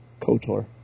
kotor